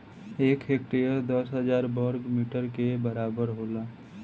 एक हेक्टेयर दस हजार वर्ग मीटर के बराबर होला